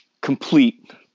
Complete